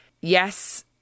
yes